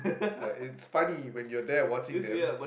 so it's funny when you are there watching them